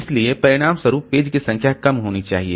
इसलिए परिणामस्वरूप पेज की संख्या कम होनी चाहिए